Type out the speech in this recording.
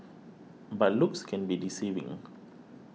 but looks can be deceiving